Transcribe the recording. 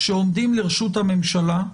שעומדים לרשות הממשלה,